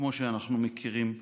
כמו שאנחנו מכירים היום.